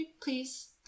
please